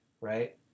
Right